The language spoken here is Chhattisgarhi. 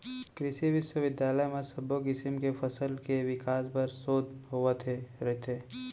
कृसि बिस्वबिद्यालय म सब्बो किसम के फसल के बिकास बर सोध होवत रथे